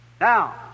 Now